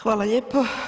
Hvala lijepo.